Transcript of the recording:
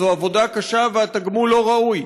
זו עבודה קשה והתגמול לא ראוי.